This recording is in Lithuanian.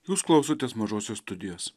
jūs klausotės mažosios studijos